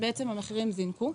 המחירים זינקו.